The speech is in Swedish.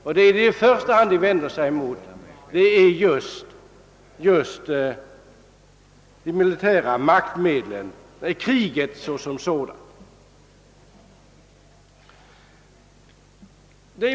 Vad man i första hand vänder sig mot är just de militära maktmedlen, mot kriget.